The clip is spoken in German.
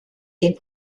den